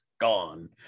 gone